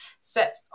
set